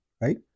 right